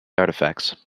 artifacts